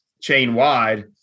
chain-wide